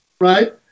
right